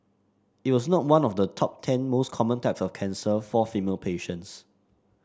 it was not one of the top ten most common types of cancer for female patients